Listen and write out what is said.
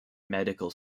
medical